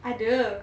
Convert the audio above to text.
ada